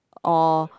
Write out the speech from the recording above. or